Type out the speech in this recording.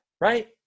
Right